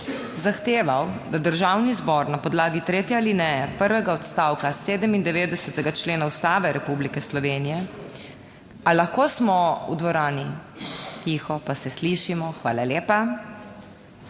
zahteval, da Državni zbor na podlagi tretje alineje prvega odstavka 97. člena Ustave Republike Slovenije / nemir v dvorani/ - a lahko smo v dvorani tiho, pa se slišimo? Hvala lepa.